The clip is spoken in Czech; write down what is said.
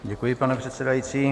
Děkuji, pane předsedající.